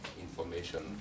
information